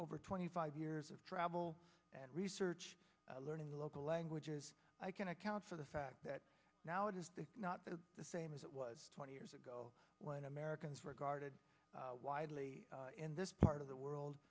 over twenty five years of travel and research learning local languages i can account for the fact that now it is not the same as it was twenty years ago when americans regarded while e in this part of the world